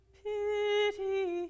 pity